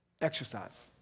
Exercise